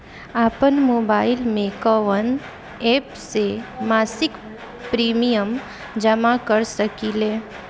आपनमोबाइल में कवन एप से मासिक प्रिमियम जमा कर सकिले?